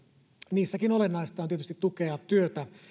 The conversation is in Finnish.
niissäkin olennaista on tietysti tukea työtä